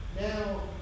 Now